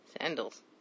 Sandals